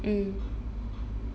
mm